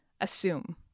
assume